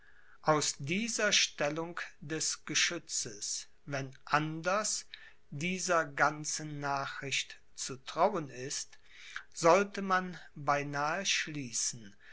aus dieser stellung des geschützes wenn anders dieser ganzen nachricht zu trauen ist sollte man beinahe schließen